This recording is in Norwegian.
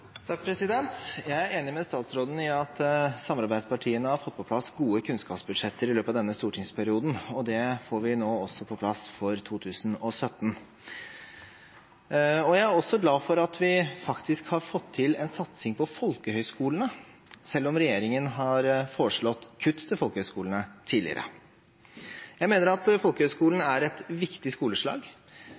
enig med statsråden i at samarbeidspartiene har fått på plass gode kunnskapsbudsjetter i løpet av denne stortingsperioden, og det får vi også på plass for 2017. Jeg er glad for at vi har fått til en satsing på folkehøyskolene, selv om regjeringen tidligere har foreslått kutt til dem. Jeg mener folkehøyskolen er et viktig skoleslag.